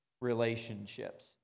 relationships